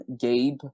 Gabe